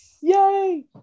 Yay